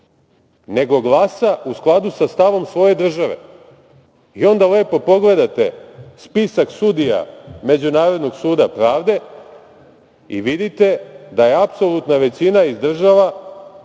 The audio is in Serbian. nego glasa u skladu sa stavom svoje države i onda lepo pogledate spisak sudija Međunarodnog suda pravde i vidite da je apsolutna većina iz država